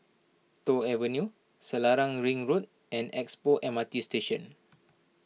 Toh Avenue Selarang Ring Road and Expo M R T Station